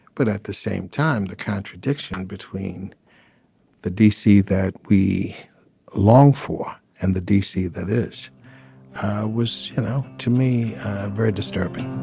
but at the same time the contradiction between the dc that we long for and the dc that is was you know to me very disturbing